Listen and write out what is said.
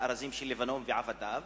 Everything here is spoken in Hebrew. הארזים של לבנון ועבדיו,